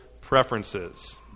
preferences